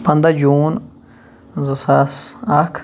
پَنٛداہ جوٗن زٕ ساس اکھ